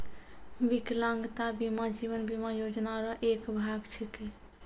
बिकलांगता बीमा जीवन बीमा योजना रो एक भाग छिकै